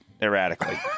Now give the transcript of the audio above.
erratically